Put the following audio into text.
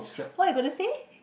what you gonna say